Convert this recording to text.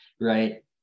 Right